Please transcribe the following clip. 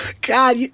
God